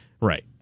Right